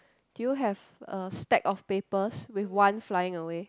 do you have a stack of papers with one flying away